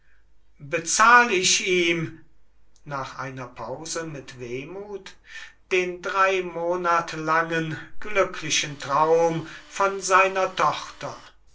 bezahl ich ihm nach einer pause mit wehmuth den drei monat langen glücklichen traum von seiner tochter